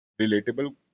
relatable